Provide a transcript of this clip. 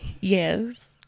Yes